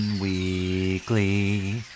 weekly